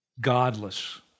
Godless